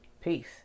Peace